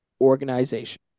organization